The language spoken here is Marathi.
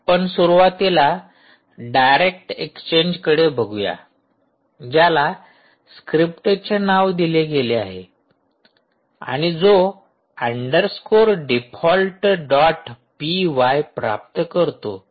आपण सुरुवातीला डायरेक्ट एक्सचेंजकडे बघूया ज्याला स्क्रिप्टचे नाव दिले आहे आणि जो underscore default dot P Y प्राप्त करतो